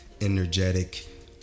energetic